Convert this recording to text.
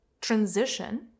transition